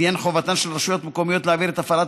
לעניין חובתן של רשויות מקומיות להעביר את הפעלת